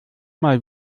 mal